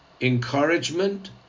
encouragement